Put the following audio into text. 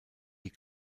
die